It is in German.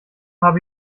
habe